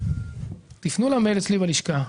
תיפנו למייל אצלי בלשכה.